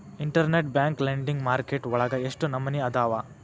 Internet bank lending market ವಳಗ ಎಷ್ಟ್ ನಮನಿಅದಾವು?